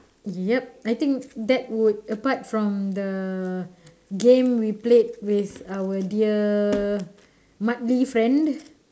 yup I think that would apart from the game we played with our dear friend